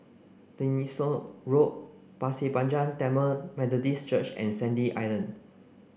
Tessensohn Road Pasir Panjang Tamil Methodist Church and Sandy Island